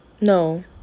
No